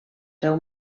seu